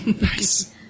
Nice